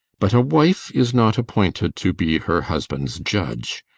but a wife is not appointed to be her husband's judge.